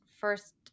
first